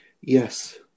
Yes